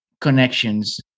connections